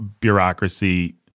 bureaucracy